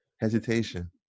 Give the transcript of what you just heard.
Hesitation